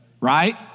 Right